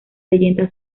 leyenda